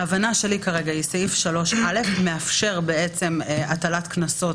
ההבנה שלי כרגע היא שסעיף 3(א) מאפשר הטלת קנסות